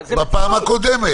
היא מפושטת לגמרי,